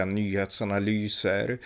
nyhetsanalyser